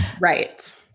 right